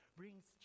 brings